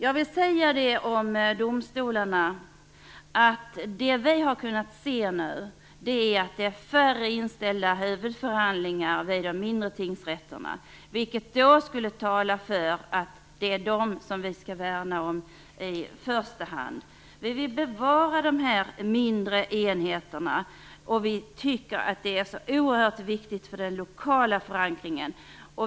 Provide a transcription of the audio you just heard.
I fråga om domstolarna vill jag säga att såvitt vi har kunnat se är det nu färre inställda huvudförhandlingar vid de mindre tingsrätterna, vilket skulle tala för att det är dem som vi skall värna om i första hand. Vi vill bevara dessa mindre enheter, och vi tycker att det är så oerhört viktigt för den lokala förankringen.